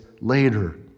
later